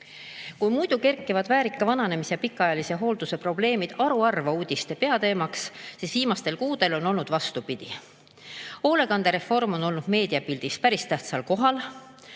Muidu kerkivad väärika vananemise ja pikaajalise hoolduse probleemid haruharva uudiste peateemaks, aga viimastel kuudel on olnud vastupidi. Hoolekandereform on olnud meediapildis päris tähtsal kohal.